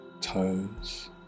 toes